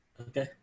okay